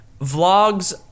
vlogs